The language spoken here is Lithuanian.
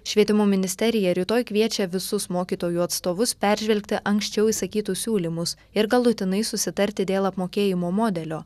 švietimo ministerija rytoj kviečia visus mokytojų atstovus peržvelgti anksčiau išsakytus siūlymus ir galutinai susitarti dėl apmokėjimo modelio